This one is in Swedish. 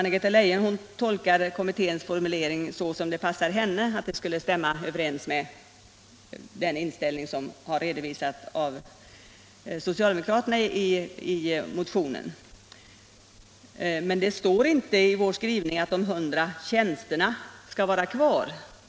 Anna-Greta Leijon tolkar kommitténs formulering så som det passar henne, nämligen så att den skulle överensstämma med den inställning som har redovisats av socialdemokraterna i motionen. Men det står inte i vår skrivning att de 100 tjänsterna skall vara kvar.